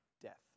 death